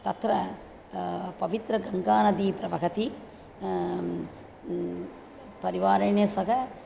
तत्र पवित्रा गङ्गा नदी प्रवहति परिवारेण सह